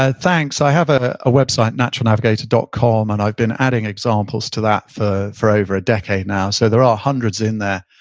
ah thanks. i have ah a website, naturalnavigator dot com, and i've been adding examples to that for for over a decade now, so there are hundreds in there.